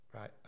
Right